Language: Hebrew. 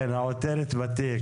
כן, העותרת בתיק.